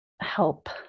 help